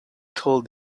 told